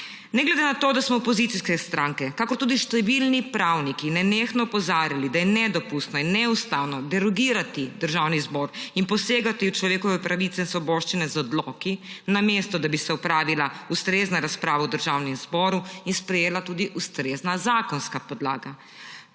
ne glede na to, da smo opozicijske stranke ter tudi številni pravniki nenehno opozarjali, da je nedopustno in neustavno derogirati Državni zbor in posegati v človekove pravice in svoboščine z odloki, namesto da bi se opravila ustrezna razprava v Državnem zboru in sprejela tudi ustrezna zakonska podlaga.